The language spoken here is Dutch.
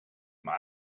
maar